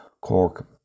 Cork